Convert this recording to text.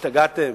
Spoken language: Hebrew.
השתגעתם?